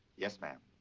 yes, ma'am.